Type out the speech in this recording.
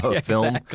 film